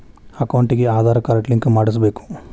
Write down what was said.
ಅಕೌಂಟಿಗೆ Aadhaar card link ಮಾಡಿಸಬೇಕು?